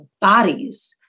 bodies